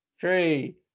Three